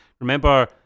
remember